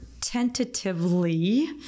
tentatively